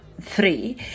three